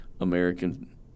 american